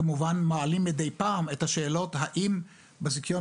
כמובן מעלים מדי פעם את השאלות האם בזיכיון